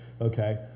okay